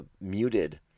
muted